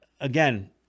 again